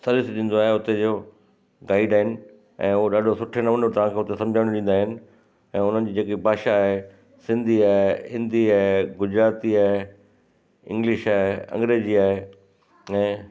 सॼो थींदो आहे हुते जो गाइड आहिनि ऐं हो ॾाढे सुठे नमुने तव्हांखे हुते सम्झाणी ॾींदा आहिनि ऐं उन्हनि जी जेकी भाषा आहे सिंधी आहे हिंदी आहे गुजराती आहे इंग्लिश आहे अंग्रेजी आहे ऐं